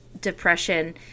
depression